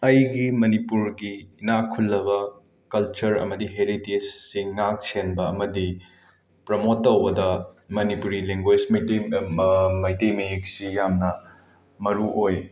ꯑꯩꯒꯤ ꯃꯅꯤꯄꯨꯔꯒꯤ ꯏꯅꯥꯛ ꯈꯨꯜꯂꯕ ꯀꯜꯆꯔ ꯑꯃꯗꯤ ꯍꯦꯔꯤꯇꯦꯁꯁꯤꯡ ꯉꯥꯛ ꯁꯦꯟꯕ ꯑꯃꯗꯤ ꯄ꯭ꯔꯃꯣꯠ ꯇꯧꯕꯗ ꯃꯅꯤꯄꯨꯔꯤ ꯂꯦꯡꯒ꯭ꯋꯦꯁ ꯃꯩꯇꯦꯡ ꯃꯩꯇꯩ ꯃꯌꯦꯛꯁꯤ ꯌꯥꯝꯅ ꯃꯔꯨꯑꯣꯏ